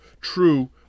true